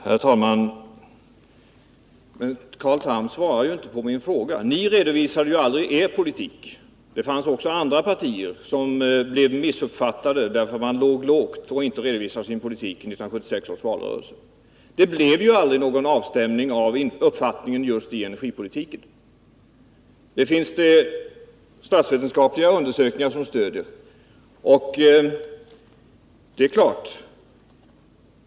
Herr talman! Carl Tham svarar inte på min fråga. Ni redovisade aldrig er politik. Det fanns också andra partier som blev missuppfattade därför att de låg lågt och inte redovisade sin politik i 1976 års valrörelse. Det blev aldrig någon avstämning av uppfattningen om energipolitiken, och det finns statsvetenskapliga undersökningar som stöder det.